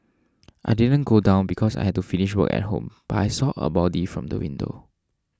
I didn't go down because I had to finish work at home but I saw a body from the window